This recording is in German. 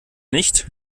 nicht